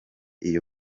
iyo